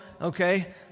Okay